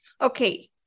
Okay